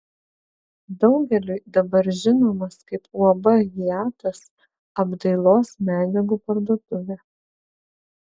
daugeliui dabar žinomas kaip uab hiatas apdailos medžiagų parduotuvė